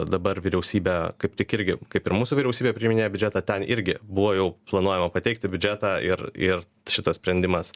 dabar vyriausybė kaip tik irgi kaip ir mūsų vyriausybė priiminėja biudžetą ten irgi buvo jau planuojama pateikti biudžetą ir ir šitas sprendimas